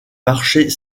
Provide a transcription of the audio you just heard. marchés